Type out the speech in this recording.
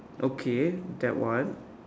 okay that one